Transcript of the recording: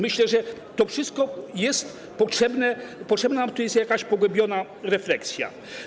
Myślę, że to wszystko jest potrzebne, potrzebna nam tutaj jest pogłębiona refleksja.